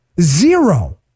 Zero